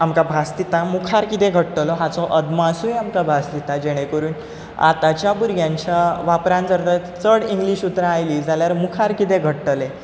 आमकां भास दिता मुखार कितें घडटलो हाचो अदमासूय आमकां भास दिता जेणे करून आतांच्या भुरग्यांच्या वापरान जर तर चड इंग्लीश उतरां आयलीं जाल्यार मुखार कितें घडटलें